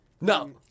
No